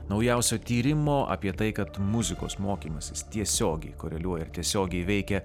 naujausio tyrimo apie tai kad muzikos mokymasis tiesiogiai koreliuoja ir tiesiogiai veikia